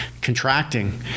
contracting